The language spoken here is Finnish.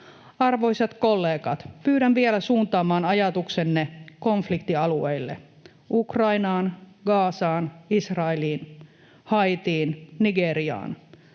Arvoisat kollegat, pyydän vielä suuntaamaan ajatuksenne konfliktialueille — Ukrainaan, Gazaan, Israeliin, Haitiin, Nigeriaan